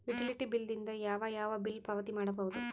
Utility bill ದಿಂದ ಯಾವ ಯಾವ ಬಿಲ್ ಪಾವತಿ ಮಾಡಬಹುದು?